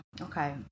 Okay